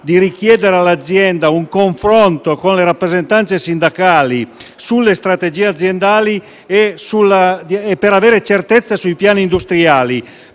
di richiedere all'azienda un confronto con le rappresentanze sindacali sulle strategie aziendali e per avere certezza sui piani industriali.